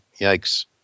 yikes